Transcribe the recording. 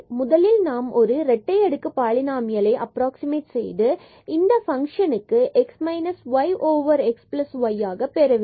முதலில் நாம் ஒரு இரட்டை அடுக்குப் பாலினாமியலை அப்ராக்ஸிமட் செய்து இந்த fxy ஃபங்ஷனுக்கு xyஆக பெற வேண்டும்